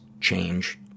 change